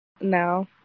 No